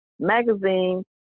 magazine